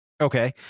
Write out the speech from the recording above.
Okay